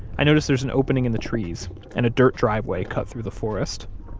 i notice there's an opening in the trees and a dirt driveway cut through the forest.